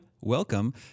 welcome